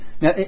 Now